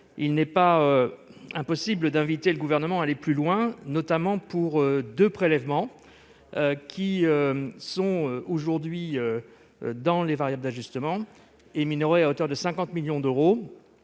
il n'est pas impossible d'inviter le Gouvernement à aller plus loin, notamment pour deux prélèvements qui sont aujourd'hui soumis aux variables d'ajustement et minorés à hauteur de 50 millions d'euros.